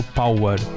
power